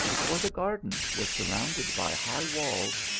for the garden was surrounded by high walls,